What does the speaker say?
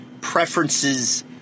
preferences